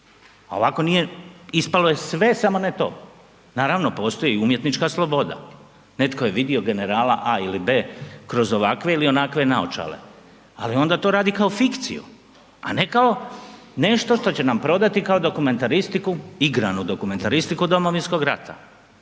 al ovako nije, ispalo je sve samo ne to, naravno postoji i umjetnička sloboda, netko je vidio generala A ili B kroz ovakve ili onakve naočale, ali onda to radi kao fikciju, a ne kao nešto što će nam prodati kao dokumentaristiku, igranu dokumentaristiku domovinskog rata,